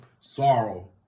Sorrow